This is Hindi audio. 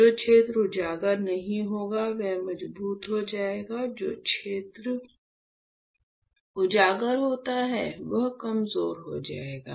जो क्षेत्र उजागर नहीं होगा वह मजबूत हो जाएगा जो क्षेत्र उजागर होता है वह कमजोर हो जाएगा